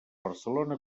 barcelona